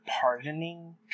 pardoning